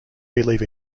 believe